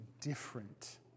different